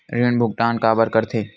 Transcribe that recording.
ऋण भुक्तान काबर कर थे?